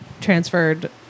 transferred